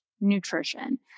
nutrition